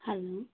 hello